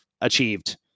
achieved